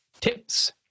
tips